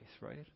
right